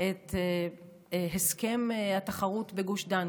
את הסכם התחרות בגוש דן,